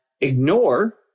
ignore